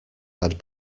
had